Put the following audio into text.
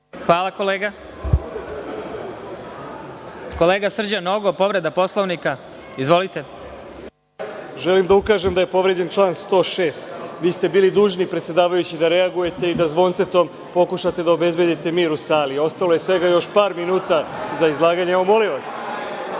Hvala kolega. Kolega Srđan Nogo, povreda Poslovnika. **Srđan Nogo** Želim da ukažem da je povređen član 106.Vi ste bili dužni, predsedavajući, da reagujete i da zvoncetom pokušate da obezbedite mir u sali. Ostalo je svega još par minuta za izlaganje i molim